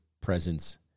presence